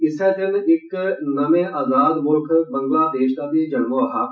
इस्सै दिन इक नमी आजाद मुल्ख बांग्लादेश दा बी जन् होआ हा